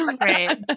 right